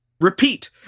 Repeat